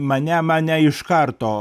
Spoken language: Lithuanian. mane mane iškarto